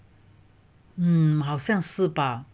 mm 好像是吧